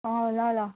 अँ ल ल